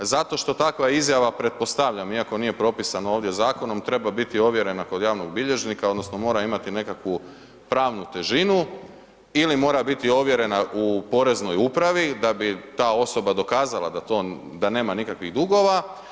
Zato što takva izjava pretpostavljam, iako nije propisano ovdje zakonom treba biti ovjerena kod javnog bilježnika odnosno mora imati nekakvu pravnu težinu, ili mora biti ovjerena u poreznoj upravi da bi ta osoba dokazala da nema nikakvih dugova.